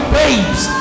babes